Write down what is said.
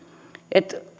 että